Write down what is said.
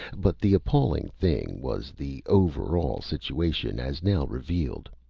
but the appalling thing was the over-all situation as now revealed.